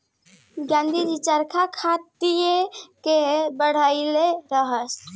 गाँधी जी चरखा कताई के बढ़इले रहस